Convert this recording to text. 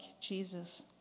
Jesus